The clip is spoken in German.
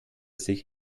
sich